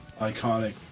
iconic